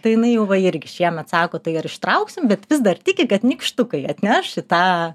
tai jinai jau va irgi šiemet sako tai ar ištrauksim bet vis dar tiki kad nykštukai atneš į tą